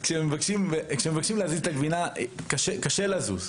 כשמבקשים להזיז את הגבינה קשה לזוז.